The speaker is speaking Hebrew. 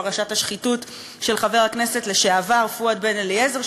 פרשת השחיתות של חבר הכנסת לשעבר פואד בן-אליעזר,